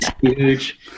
huge